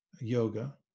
yoga